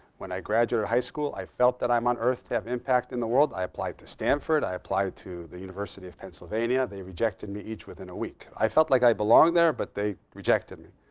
when i graduated high school, i felt that i'm on earth to have impact in the world. i applied to stanford. i applied to the university of pennsylvania. they rejected me each within a week. i felt like i belonged there but they rejected me.